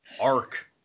arc